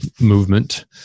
movement